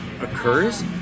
occurs